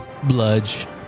Bludge